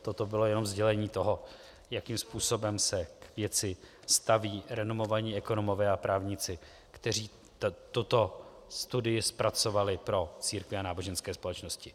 Toto bylo jenom sdělení toho, jakým způsobem se k věci staví renomovaní ekonomové a právníci, kteří tuto studii zpracovali pro církve a náboženské společnosti.